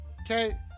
Okay